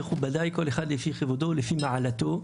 שלום מכובדיי, כל אחד לפי שירותו ולפי מעלתו.